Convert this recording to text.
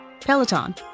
Peloton